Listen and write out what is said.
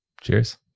Cheers